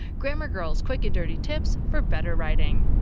grammar girl's quick and dirty tips for better writing.